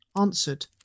answered